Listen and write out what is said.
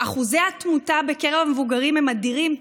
אחוזי התמותה בקרב המבוגרים הם אדירים.